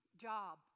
job